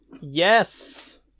Yes